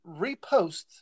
repost